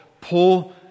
Paul